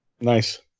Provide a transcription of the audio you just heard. Nice